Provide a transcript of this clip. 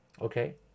Okay